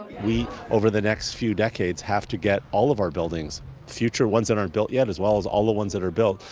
we, over the next few decades, have to get all of our buildings future ones that aren't built yet, as well as all the ones that are built,